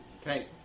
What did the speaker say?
Okay